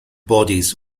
bodies